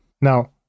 Now